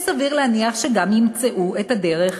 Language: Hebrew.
וסביר להניח שגם ימצאו את הדרך,